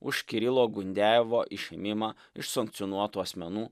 už kirilo gundejevo išėmimą iš sankcionuotų asmenų